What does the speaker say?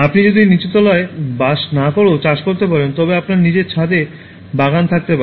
আপনি যদি নিচতলায় বাস না করেও চাষ করতে পারেন তবে আপনার নিজের ছাদে বাগান থাকতে পারে